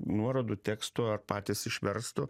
nuorodų teksto ar patys išverstų